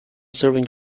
serving